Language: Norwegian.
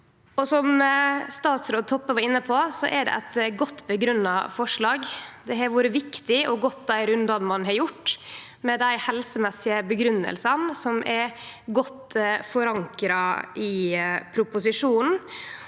Som statsråd Toppe var inne på, er det eit godt grunngjeve forslag. Det har vore viktig å gå dei rundane ein har gjort med dei helsemessige grunngjevingane, som er godt forankra i proposisjonen.